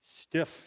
stiff